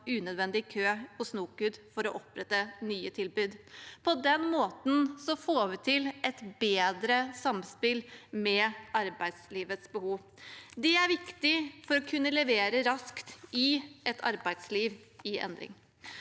unødvendig i kø hos NOKUT for å opprette nye tilbud. På den måten får vi til et bedre samspill med arbeidslivets behov. Det er viktig for å kunne levere raskt i et arbeidsliv i endring.